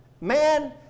Man